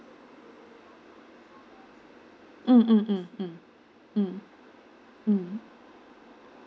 mm mm mm mm mm mm